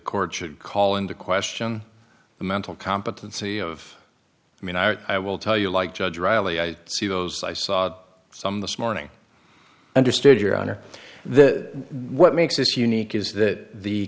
court should call into question the mental competency of i mean our i will tell you like judge riley i see those i saw some this morning understood your honor the what makes this unique is that the